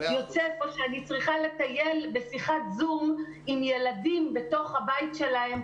כשאני צריכה לטייל בשיחת זום עם ילדים בתוך הבית שלהם,